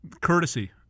courtesy